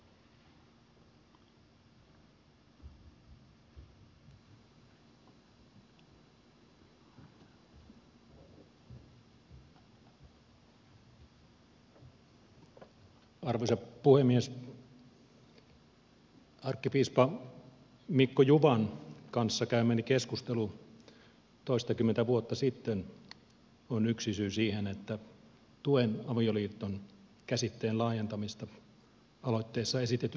arkkipiispa mikko juvan kanssa käymäni keskustelu toistakymmentä vuotta sitten on yksi syy siihen että tuen avioliittokäsitteen laajentamista aloitteessa esitetyllä tavalla